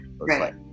right